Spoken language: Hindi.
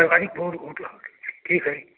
फुलवारी खूब ऊँची ठीक है